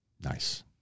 Nice